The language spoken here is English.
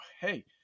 hey